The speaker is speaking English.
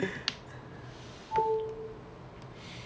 oh I heard computer science a lot of china lecturer